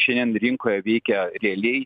šiandien rinkoj veikia realiai